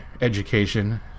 education